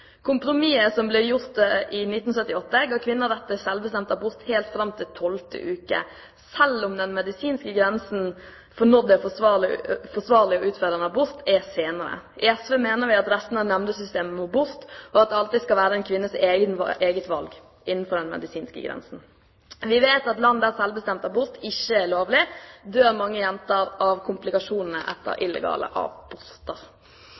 Kompromisset som ble gjort i 1975, ga kvinner rett til selvbestemt abort helt fram til tolvte uke, selv om den medisinske grensen for når det er forsvarlig å utføre abort, er senere. I SV mener vi at restene av nemndsystemet må bort, og at det alltid skal være en kvinnes eget valg – innenfor den medisinske grensen. Vi vet at i land der selvbestemt abort ikke er lovlig, dør mange unge jenter av komplikasjonene etter